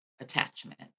attachment